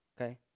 Okay